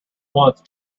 once